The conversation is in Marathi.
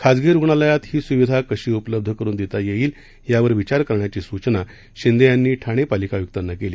खाजगी रुग्णालयात ही सुविधा कशी उपलब्ध करून देता येईल यावर विचार करण्याची सूचना शिंदे यांनी ठाणे पालिका आयुक्तांना केली